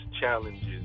challenges